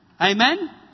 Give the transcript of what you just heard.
Amen